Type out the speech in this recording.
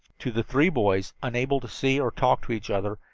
to the three boys, unable to see or talk to each other,